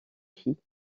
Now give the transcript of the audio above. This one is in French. filles